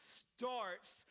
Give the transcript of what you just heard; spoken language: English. starts